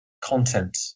content